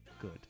good